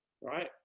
right